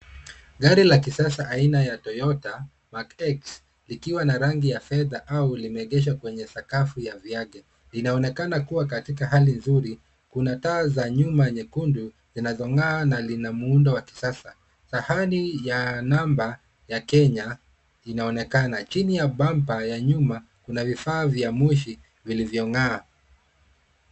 Gari la kisasa aina ya Toyota lenye rangi ya fedha limeegeshwa kwenye sakafu ya vigae. Linaonekana kuwa katika hali nzuri, likiwa na taa za nyuma nyekundu zinazoangaza na muundo wa kisasa. Nambari ya usajili ya Kenya inaonekana, na kuna vifaa vya moshi vinavyoangaza.